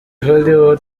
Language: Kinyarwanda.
hollywood